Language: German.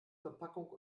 verpackung